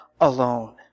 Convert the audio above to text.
alone